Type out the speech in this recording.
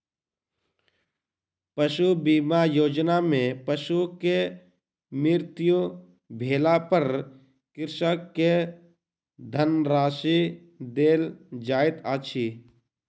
पशु बीमा योजना में पशु के मृत्यु भेला पर कृषक के धनराशि देल जाइत अछि